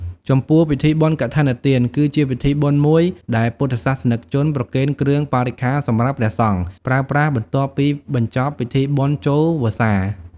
ចំពោះពិធីបុណ្យកឋិនទាន គឺជាពិធីបុណ្យមួយដែលពុទ្ធសាសនិកជនប្រគេនគ្រឿងបរិក្ខារសម្រាប់ព្រះសង្ឃប្រើប្រាស់បន្ទាប់ពីបញ្ចប់ពិធីបុណ្យចូលវស្សា។